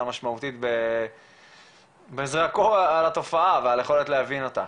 משמעותית וזרקו אור על התופעה ועל היכולת להבין אותה.